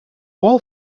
all